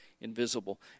invisible